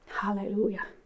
Hallelujah